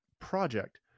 project